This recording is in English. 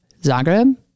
Zagreb